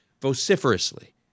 vociferously